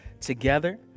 together